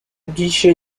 duché